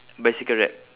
bicycle rep